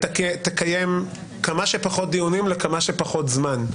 תקיים כמה שפחות דיונים לכמה שפחות זמן.